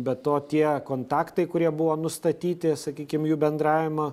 be to tie kontaktai kurie buvo nustatyti sakykim jų bendravimo